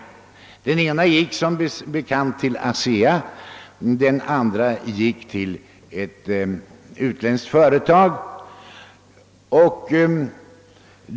Beställningen av den ena anläggningen gick som bekant till ASEA, och den andra beställningen gick till ett utlädskt företag.